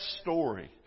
story